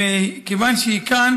וכיוון שהיא כאן